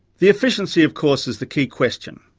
the efficiency of course, is the key question.